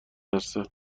هستم